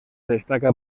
destaca